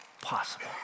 possible